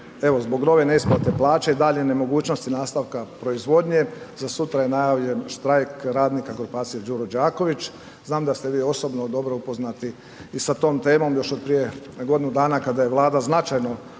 evo zbog nove neisplate plaća i dalje nemogućnosti nastavka proizvodnje, za sutra je najavljen štrajk radnika grupacije Đuro Đaković. Znam da ste vi osobno dobro upoznati i sa tom temom još otprije godinu dana kada je Vlada značajno